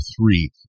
three